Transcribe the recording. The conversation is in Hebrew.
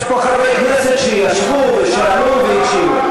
יש פה חברי כנסת שישבו, ושאלו, והקשיבו.